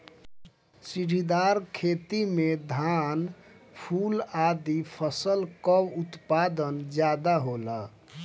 सीढ़ीदार खेती में धान, फूल आदि फसल कअ उत्पादन ज्यादा होला